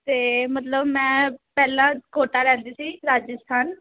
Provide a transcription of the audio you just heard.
ਤਾਂ ਮਤਲਬ ਮੈਂ ਪਹਿਲਾਂ ਕੋਟਾ ਰਹਿੰਦਾ ਸੀ ਰਾਜਸਥਾਨ